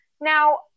Now